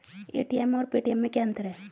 ATM और Paytm में क्या अंतर है?